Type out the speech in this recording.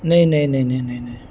نہیں نہیں نہیں نہیں نہیں نہیں